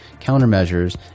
countermeasures